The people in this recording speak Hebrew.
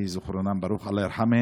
יהי זכרם ברוך, אללה ירחמהם.